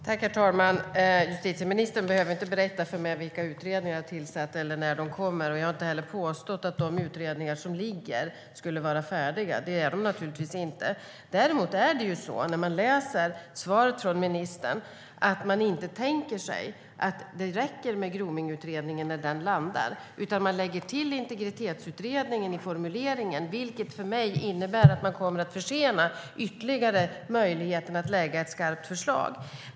Herr talman! Justitieministern behöver inte berätta för mig vilka utredningar jag har tillsatt eller när de kommer. Jag har heller inte påstått att de utredningar som finns skulle vara färdiga. Det är de naturligtvis inte. När jag läser svaret från ministern ser jag däremot att man tänker sig att det inte räcker med Gromningsutredningen när den landar. Man lägger till Integritetsutredningen i formuleringen, vilket för mig innebär att man kommer att ytterligare försena möjligheten att lägga fram ett skarpt förslag.